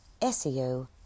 SEO